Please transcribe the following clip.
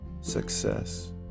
Success